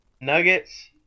Nuggets